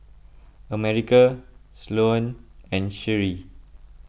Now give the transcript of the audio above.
America Sloane and Sheree